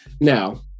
Now